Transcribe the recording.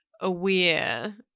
aware